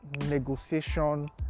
negotiation